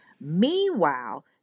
Meanwhile